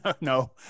No